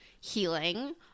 healing